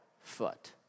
foot